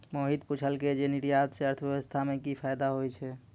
मोहित पुछलकै जे निर्यातो से अर्थव्यवस्था मे कि फायदा होय छै